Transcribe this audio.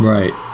Right